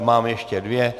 Máme ještě dvě.